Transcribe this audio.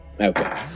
Okay